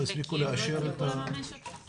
העניין הוא לא האחוז של הילדים --- זה כן חשוב.